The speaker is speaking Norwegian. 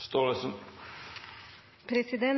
replikkordskifte.